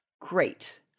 Great